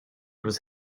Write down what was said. was